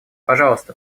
пожалуйста